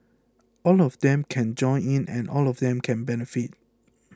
all of them can join in and all of them can benefit